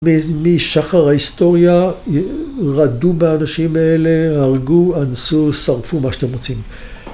מ... משחר ההיסטוריה, רדו באנשים האלה, הרגו, אנסו, שרפו, מה שאתם רוצים.